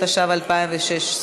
התשע"ו 2016,